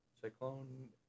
Cyclone